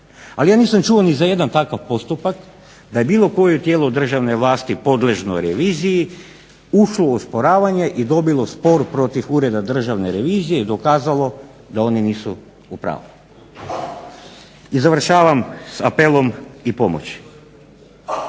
Ali ja nisam čuo ni za jedan takav postupak, pa je bilo koje tijelo državne vlasti podložno reviziji ušlo u osporavanje i dobilo spor protiv Ureda državne revizije i dokazalo da oni nisu u pravu. I završavam sa apelom i pomoći.